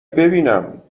ببینم